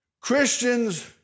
Christians